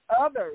others